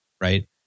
right